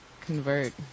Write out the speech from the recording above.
convert